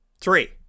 Three